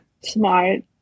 smart